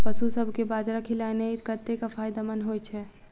पशुसभ केँ बाजरा खिलानै कतेक फायदेमंद होइ छै?